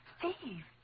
Steve